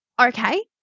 Okay